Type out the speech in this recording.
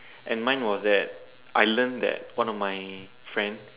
and mine was that I learn that one of my friend